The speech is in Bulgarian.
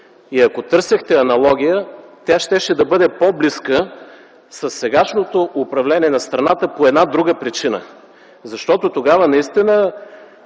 Ако търсехте аналогия, тя щеше да бъде по-близка със сегашното управление на страната по друга причина – защото тогава част